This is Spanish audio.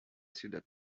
ciudad